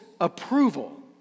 approval